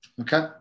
Okay